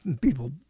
people